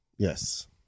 Yes